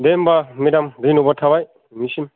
दे होम्बा मेडाम धन्य'बाद थाबाय नोंनिसिम